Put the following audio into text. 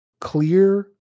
clear